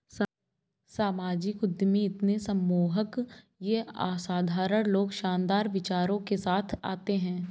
सामाजिक उद्यमी इतने सम्मोहक ये असाधारण लोग शानदार विचारों के साथ आते है